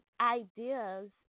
ideas